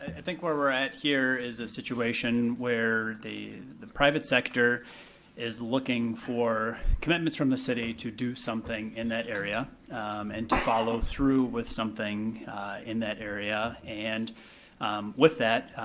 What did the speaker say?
i think where we're at here is a situation where the the private sector is looking for commitments from the city to do something in that area and to follow through with something in that area. and with that,